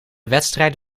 wedstrijd